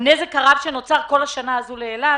לנזק הרב שנוצר כל השנה לאילת.